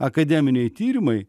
akademiniai tyrimai